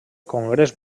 congrés